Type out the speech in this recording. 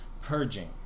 purging